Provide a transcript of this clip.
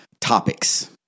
topics